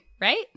right